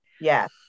Yes